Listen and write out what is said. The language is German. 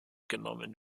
genommen